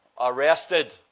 arrested